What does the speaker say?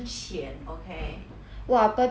!wah! but then like 我觉得 like